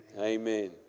amen